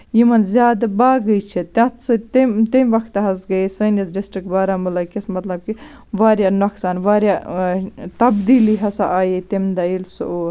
یِمن زیادٕ باغٕے چھِ تَتھ سۭتۍ تمہِ تمہِ وکھتہٕ حظ گٔیے سٲنِس ڈِسٹرک بارہمُلہ کِس مطلب کہِ واریاہ نۄقصان واریاہ تَبدیٖلی ہسا آیے تَمہِ دۄہ ییٚتہِ سُہ اوس